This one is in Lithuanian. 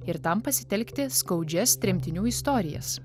ir tam pasitelkti skaudžias tremtinių istorijas